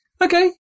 Okay